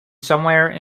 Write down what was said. somewhere